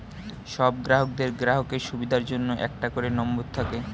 সব ব্যাংকের গ্রাহকের সুবিধার জন্য একটা করে নম্বর থাকে